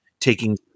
taking